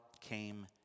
came